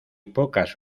pocas